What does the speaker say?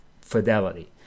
fidelity